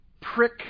prick